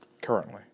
currently